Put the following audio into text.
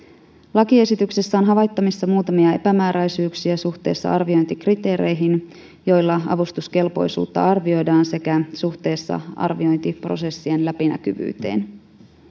lakiesityksessä on havaittavissa muutamia epämääräisyyksiä suhteessa arviointikriteereihin joilla avustuskelpoisuutta arvioidaan sekä suhteessa arviointiprosessien läpinäkyvyyteen